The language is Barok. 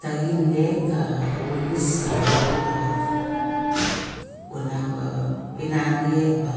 Taxin dek ka uxis araut a kunang ba pinarie ba